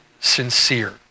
sincere